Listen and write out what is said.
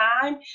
time